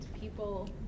people